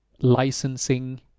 licensing